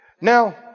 Now